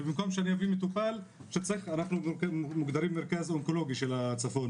אנחנו מוגדרים מרכז אונקולוגי של הצפון,